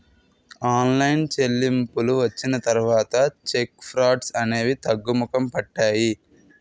online చెల్లింపులు వచ్చిన తర్వాత చెక్ ఫ్రాడ్స్ అనేవి తగ్గుముఖం పట్టాయి